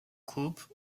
coupe